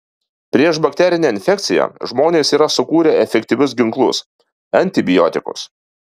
prieš bakterinę infekciją žmonės yra sukūrę efektyvius ginklus antibiotikus